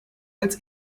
als